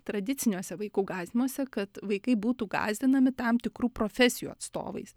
tradiciniuose vaikų gąsdinimuose kad vaikai būtų gąsdinami tam tikrų profesijų atstovais